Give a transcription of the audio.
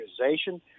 organization